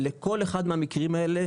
לכל אחד מהמקרים האלה,